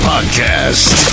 Podcast